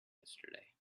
yesterday